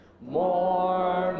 more